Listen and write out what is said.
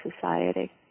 society